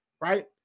right